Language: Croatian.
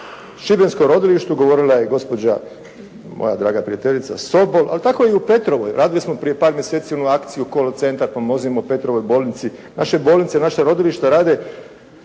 šibenskom rodilištu govorila ja gospođa, moja draga prijateljica Sobol, ali tako je i u Petrovom, radili smo prije par mjeseci onu akciju …/Govornik se ne razumije./… centar pomozimo Petrovoj bolnici, naše bolnice, naša rodilišta rade